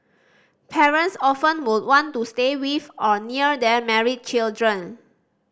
parents often would want to stay with or near their married children